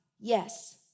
yes